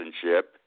citizenship